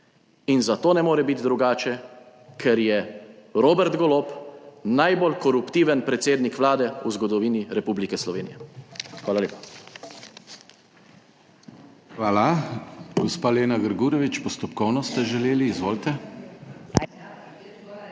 in zato ne more biti drugače, ker je Robert Golob najbolj koruptiven predsednik Vlade v zgodovini Republike Slovenije. Hvala lepa. PODPREDSEDNIK DANIJEL KRIVEC: Hvala. Gospa Lena Grgurevič, postopkovno ste želeli, izvolite.